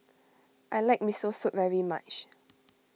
I like Miso Soup very much